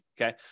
okay